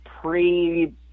pre